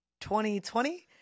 2020